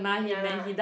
ya lah